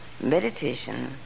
meditation